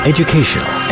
Educational